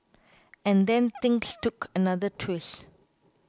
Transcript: and then things took another twist